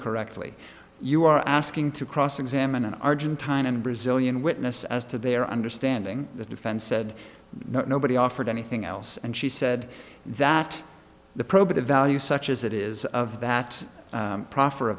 correctly you are asking to cross examine an argentine and brazilian witness as to their understanding the defense said nobody offered anything else and she said that the probative value such as it is of that